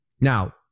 Now